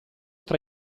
tra